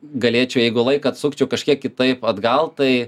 galėčiau jeigu laiką atsukčiau kažkiek kitaip atgal tai